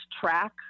track